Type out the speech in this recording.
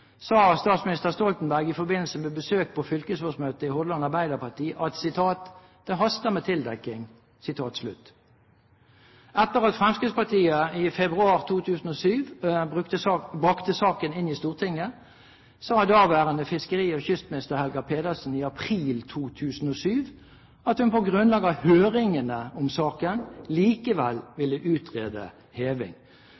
sa statsminister Stoltenberg, i forbindelse med besøk på fylkesårsmøtet i Hordaland Arbeiderparti, at «det haster med tildekking». Etter at Fremskrittspartiet i februar 2007 brakte saken inn i Stortinget, sa daværende fiskeri- og kystminister Helga Pedersen i april 2007, at hun på grunnlag av høringene om saken likevel